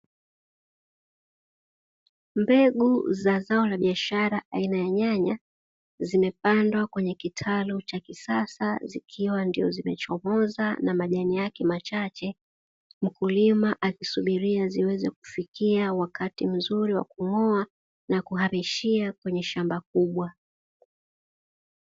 Mbegu za zao la biashara aina ya nyanya zimepandwa kwenye kitalu cha kisasa zikiwa ndio zimechomoza na majani yake machache, mkulima akisubiria ziweze kufikia wakati mzuri wa kung'oa na kuhamishia kwenye shamba kubwa.